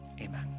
amen